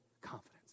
confidence